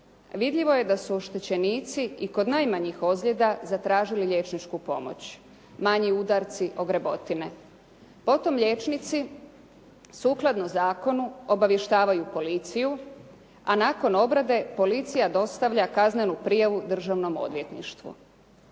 vidljivo je da su oštećenici i kod najmanjih ozljeda zatražili liječničku pomoć. Manji udarci, ogrebotine. Potom liječnici sukladno zakonu obavještavaju policiju, a nakon obrade policija dostavlja kaznenu prijavu državnom odvjetništvu.